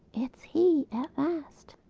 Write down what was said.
it's he at last,